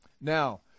Now